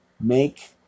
Make